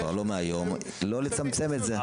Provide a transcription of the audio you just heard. אסור לצמצם את זה.